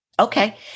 okay